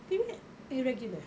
period irregular